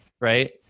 right